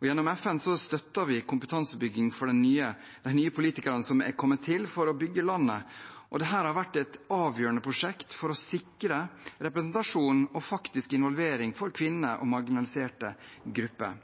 Gjennom FN støtter vi kompetansebygging for de nye politikerne som er kommet til for å bygge landet, og dette har vært et avgjørende prosjekt for å sikre representasjon og faktisk involvering av kvinner og marginaliserte grupper.